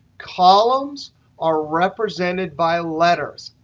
columns are represented by letters.